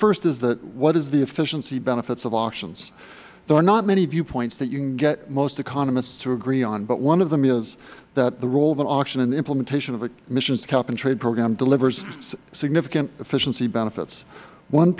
first is what are the efficiency benefits of auctions there are not many viewpoints that you can get most economists to agree on but one of them is that the role of an auction in the implementation of an emissions cap and trade program delivers significant efficiency benefits one